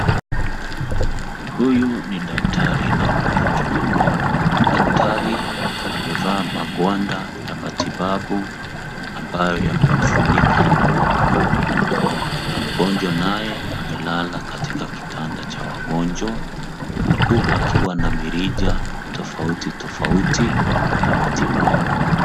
Huyu ni daktari na mgonjwa. Na daktari amevaa magwanda ya matibabu, ambayo yamemfunika gubigubi, na mgonjwa naye amelala katika kitanda cha wagonjwa, huku akiwa na mirija tofauti tofauti ya matibabu.